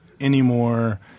anymore